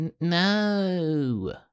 no